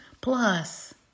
plus